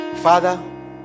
Father